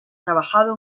trabajado